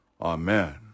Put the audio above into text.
Amen